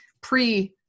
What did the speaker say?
pre